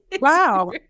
Wow